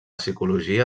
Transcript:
psicologia